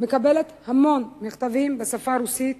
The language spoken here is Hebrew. מקבלת המון מכתבים בשפה הרוסית